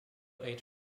eyed